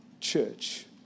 Church